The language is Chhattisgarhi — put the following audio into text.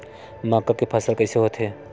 मक्का के फसल कइसे होथे?